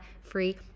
free